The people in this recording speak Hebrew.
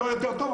לא יותר טוב,